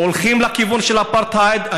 הולכים לכיוון של אפרטהייד.